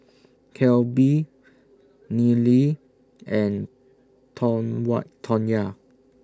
Kelby Nealy and Tawnya